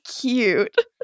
cute